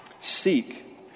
Seek